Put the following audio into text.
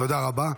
תודה רבה.